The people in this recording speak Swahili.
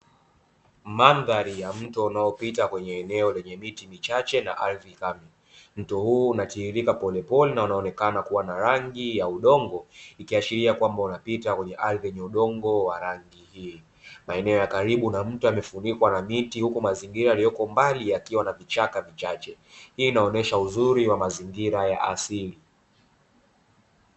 Mandhari ya mto unaopita kwenye eneo lenye miti michache na ardhi kavu. Mto huu unatiririka polepole na unaonekana kuwa na rangi ya udongo ikiashiria kwamba unapita kwenye ardhi yenye udongo wa rangi hii. Maeneo ya karibu na mto yamefunikwa na miti huku mazingira yalioko mbali yakiwa na vichaka vichache, hii inaonyesha uzuri wa mazingira ya asili.